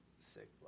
sick